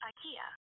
Ikea